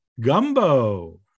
gumbo